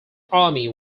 army